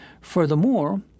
Furthermore